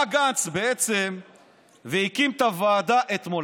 בא גנץ והקים את הוועדה אתמול,